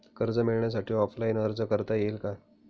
कर्ज मिळण्यासाठी ऑफलाईन अर्ज करता येईल का?